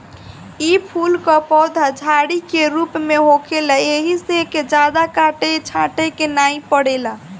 इ फूल कअ पौधा झाड़ी के रूप में होखेला एही से एके जादा काटे छाटे के नाइ पड़ेला